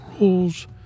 rules